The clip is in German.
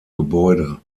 gebäude